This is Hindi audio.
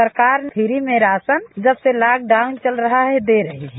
सरकार प्री में राशन जब से लाकडाउन चल रहा है दे रही है